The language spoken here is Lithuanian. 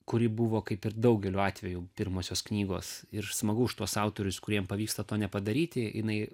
kuri buvo kaip ir daugeliu atvejų pirmosios knygos ir smagu už tuos autorius kuriem pavyksta to nepadaryti jinai